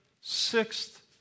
sixth